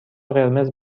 قرمز